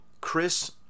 Chris